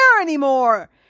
anymore